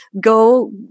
go